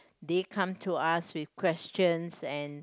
they come to us with questions and